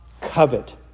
covet